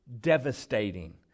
devastating